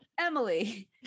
Emily